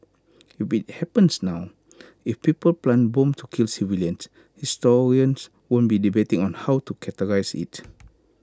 will be happens now if people plant bombs to kill civilians historians won't be debating on how to characterise IT